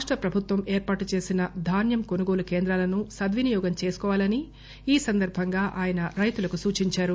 రాష్ట ప్రభుత్వం ఏర్పాటు చేసిన ధాన్యం కొనుగోలు కేంద్రాలను సద్వినియోగం చేసుకోవాలని ఈ సందర్భంగా ఆయన రైతులకు సూచించారు